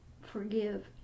Forgive